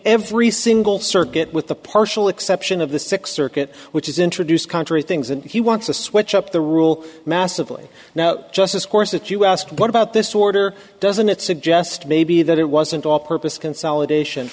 every single circuit with the partial exception of the sixth circuit which is introduced contrary things and he wants to switch up the rule massively now justice course that you asked what about this order doesn't it suggest maybe that it wasn't all purpose consolidation